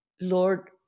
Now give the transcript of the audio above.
Lord